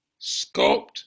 sculpt